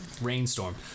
Rainstorm